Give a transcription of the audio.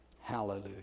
hallelujah